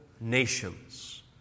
nations